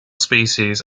species